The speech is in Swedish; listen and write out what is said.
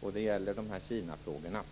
dem. Det gäller Kinafrågorna.